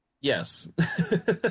Yes